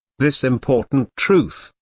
this important truth,